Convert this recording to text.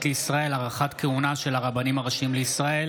לישראל (הארכת כהונה של הרבנים הראשיים לישראל